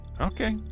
Okay